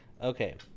Okay